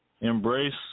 Embrace